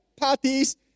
parties